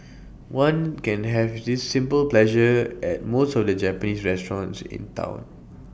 ones can have this simple pleasure at most of the Japanese restaurants in Town